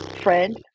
Friend